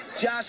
Josh